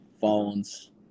phones